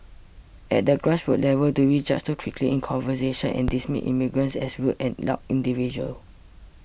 at the grassroots level do we judge too quickly in conversations and dismiss immigrants as rude and loud individuals